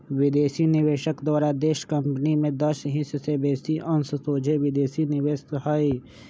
विदेशी निवेशक द्वारा देशी कंपनी में दस हिस् से बेशी अंश सोझे विदेशी निवेश हइ